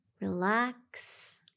Relax